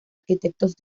arquitectos